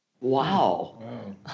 Wow